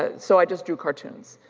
ah so i just drew cartoons,